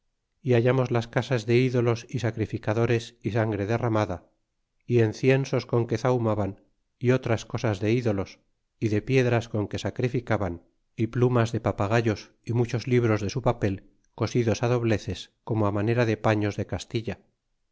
y hallamos las casas de ídolos y sacrificadores y sangre derramada y enciensos con que zahumaban y otras cosas de ídolos y de piedras con que sacrificaban y plumas de papagayos y muchos libros de su papel cosidos dobleces corno á manera de paños de castilla